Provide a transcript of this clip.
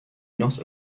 not